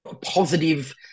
positive